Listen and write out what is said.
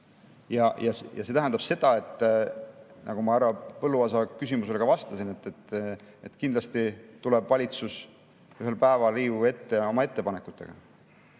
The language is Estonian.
See tähendab seda, nagu ma härra Põlluaasa küsimusele vastasin, et kindlasti tuleb valitsus ühel päeval oma ettepanekutega